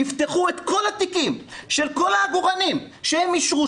יפתחו את כל התיקים של כל העגורנים שהם אישרו,